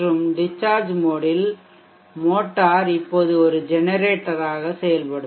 மற்றும் discharge mode ல் motor இப்போது ஒரு ஜெனரேட்டராக செயல்படும்